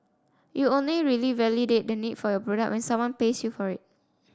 you only really validate the need for your product when someone pays you for it